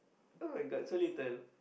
[oh]-my-god so little